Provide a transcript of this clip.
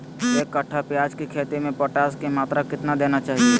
एक कट्टे प्याज की खेती में पोटास की मात्रा कितना देना चाहिए?